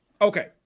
Okay